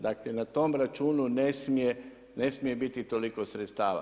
Dakle, na tom računu ne smije biti toliko sredstava.